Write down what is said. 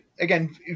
Again